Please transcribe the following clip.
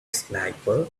sniper